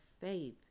faith